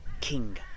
King